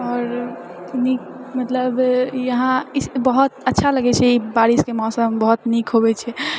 आओर नीक मतलब इहाँ इस बहुत अच्छा लगैत छै बारिशके मौसम बहुत नीक होबैत छै